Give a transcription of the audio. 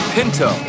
Pinto